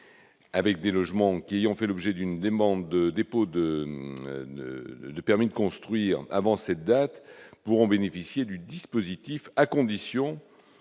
2017. Les logements qui ont fait l'objet d'une demande de permis de construire avant cette date pourront bénéficier du dispositif, à condition